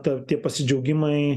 ta tie pasidžiaugimai